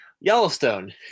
Yellowstone